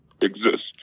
Exist